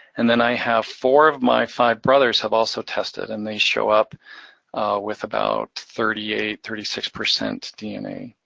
and then i have four of my five brothers have also tested, and they show up with about thirty eight, thirty six percent dna.